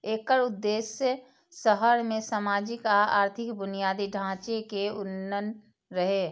एकर उद्देश्य शहर मे सामाजिक आ आर्थिक बुनियादी ढांचे के उन्नयन रहै